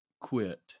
quit